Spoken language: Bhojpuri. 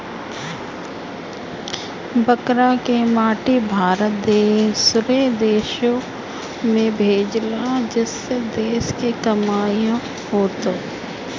बकरा के मीट भारत दूसरो देश के भेजेला जेसे देश के कमाईओ होता